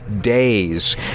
days